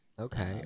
Okay